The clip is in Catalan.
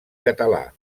català